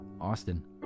Austin